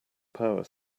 power